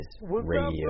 Radio